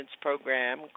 program